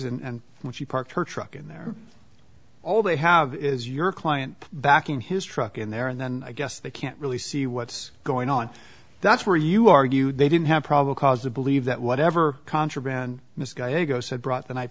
drugs and when she parked her truck in there all they have is your client backing his truck in there and then i guess they can't really see what's going on that's where you argued they didn't have probable cause to believe that whatever contraband miss guy hugo said brought the night